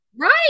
Right